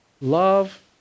Love